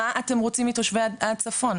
מה אתם רוצים מתושבי הצפון?